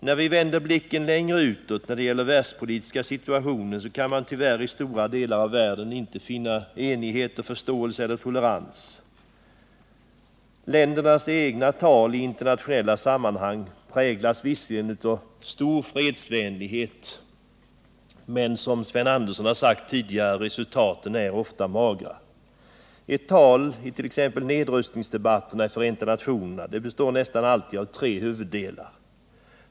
När vi vänder blicken längre utåt och ser på den världspolitiska situationen visar det sig att vi i stora delar av världen tyvärr inte kan finna enighet, förståelse eller tolerans. Ländernas egna tal i internationella sammanhang präglas visserligen av stor fredsvänlighet, men som Sven Andersson i Stockholm har sagt tidigare är resultaten ofta magra. Ett tal i exempelvis nedrustningsdebatterna i Förenta nationerna består nästan alltid av tre huvuddelar.